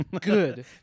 Good